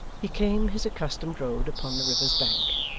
he came his accustomed road upon the river's bank,